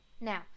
now